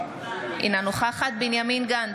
אינה נוכחת בנימין גנץ,